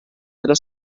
della